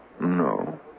No